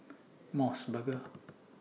Mos Burger